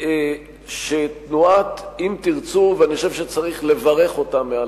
אם אתה רוצה קריאת ביניים, לשבת.